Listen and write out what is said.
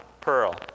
pearl